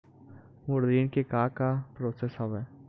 मोर ऋण के का का प्रोसेस हवय?